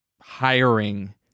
hiring